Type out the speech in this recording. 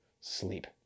sleep